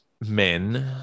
men